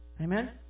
Amen